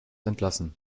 entlassen